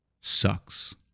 sucks